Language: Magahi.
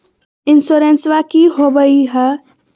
इंसोरेंसबा की होंबई हय?